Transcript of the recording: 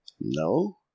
No